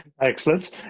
Excellent